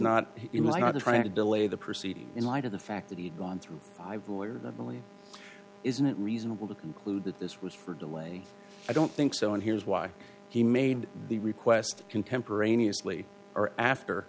not trying to delay the proceedings in light of the fact that he had gone through five lawyer that really isn't reasonable to conclude that this was for delay i don't think so and here's why he made the request contemporaneously or after